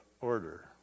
order